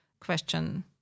question